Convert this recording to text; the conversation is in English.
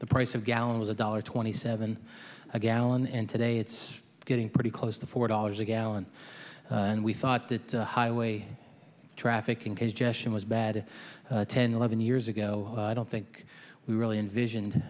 the price of gallon was a dollar twenty seven a gallon and today it's getting pretty close to four dollars a gallon we thought that highway traffic congestion was bad ten eleven years ago i don't think we really envisioned